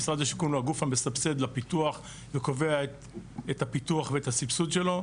המשרד לשיכון הוא הגוף המסבסד לפיתוח וקובע את הפיתוח ואת הסבסוד שלו.